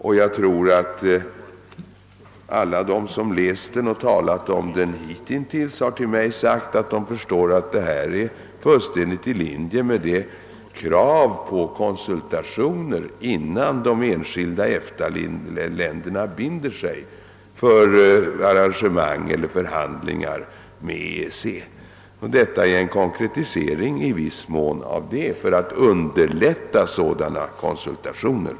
Och alla de som hitintills talat med mig efter att ha läst denna kommuniké har sagt att de förstår att detta är fullständigt i linje med kraven på konsultationer innan de = enskilda EFTA-länderna binder sig för arrangemang eller förhandlingar med EEC. Det är i viss mån en konkretisering för att underlätta sådana konsultationer.